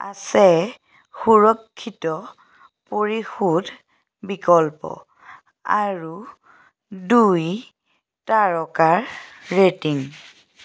আছে সুৰক্ষিত পৰিশোধ বিকল্প আৰু দুই তাৰকাৰ ৰেটিং